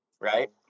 right